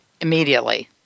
immediately